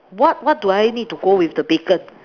what what do I need to go with the bacon